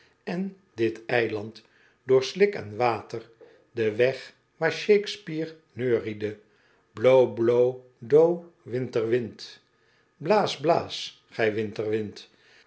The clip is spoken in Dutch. en dit eiland door slik en water den weg waar shakespeare neuriede blow blow thou winter wind blaas